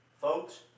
Folks